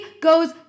goes